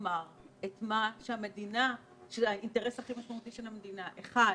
הוא אמר את האינטרס הכי משמעותי של המדינה: ראשית,